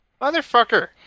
Motherfucker